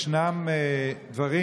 ישנם דברים,